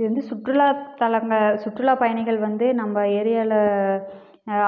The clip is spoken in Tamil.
இது வந்து சுற்றுலா தலங்கள் சுற்றுலா பயணிகள் வந்து நம்ம ஏரியாவில்